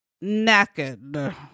naked